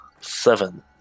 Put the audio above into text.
Seven